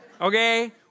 Okay